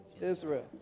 Israel